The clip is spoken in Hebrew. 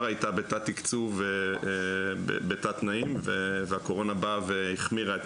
הייתה בתת תקצוב ותת תנאים והקורונה באה והחמירה את